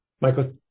Michael